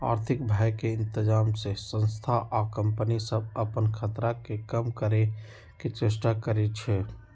आर्थिक भय के इतजाम से संस्था आ कंपनि सभ अप्पन खतरा के कम करए के चेष्टा करै छै